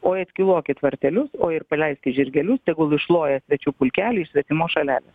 oi atkilokit vartelius o ir paleisti žirgelius tegul išloja svečių pulkeliai iš svetimos šalelės